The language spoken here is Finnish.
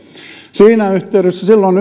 siinä yhteydessä silloin